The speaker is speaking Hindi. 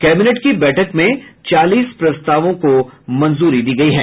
कैबिनेट की बैठक में चालिस प्रस्तावों की भी मंजूरी दी गयी है